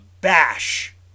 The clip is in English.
bash